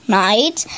night